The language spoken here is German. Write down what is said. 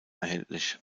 erhältlich